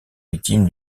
victime